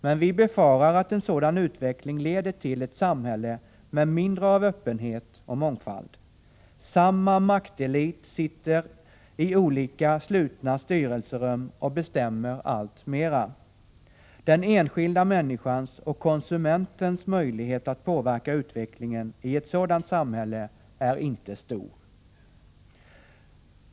Men vi befarar att en sådan utveckling leder till ett samhälle med mindre av öppenhet och mångfald. Samma maktelit sitter i olika slutna styrelserum och bestämmer alltmer. Den enskilda människans och konsumentens möjlighet att påverka utvecklingen i ett sådant samhälle är inte stor.